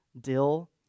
dill